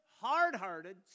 hard-hearted